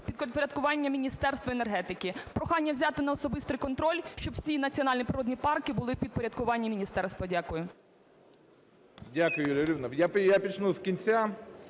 підпорядкування Міністерства енергетики. Прохання взяти на особистий контроль, щоб всі національні природні парки були у підпорядкуванні міністерства. Дякую. 11:34:09 АБРАМОВСЬКИЙ Р.Р.